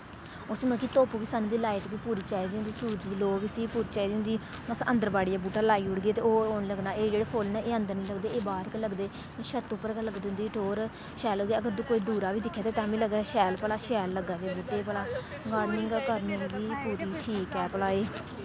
उस्सी मतलब कि धुप्प बी सन दी लाइट बी पूरी चाहिदी होंदी सूरज दी लोऽ बी उस्सी पूरी चाहिदी होंदी हून अस अन्दर बाड़ियै बूह्टा लाई ओड़गे ते ओह् ओह् निं लग्गना एह् जेह्ड़े फुल्ल ना एह् अन्दर निं लगदे एह् बाह्र गै लगदे छत उप्पर गै लगदी इं'दी टौह्र शैल लगदा अगर कोई दूरा बी दिक्खै दै तां बी लग्गै शैल भला शैल लग्गा दे बूह्टे भला गार्डनिंग गै करनी गी पूरी ठीक ऐ भला एह्